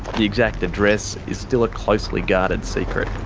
the exact address is still a closely guarded secret.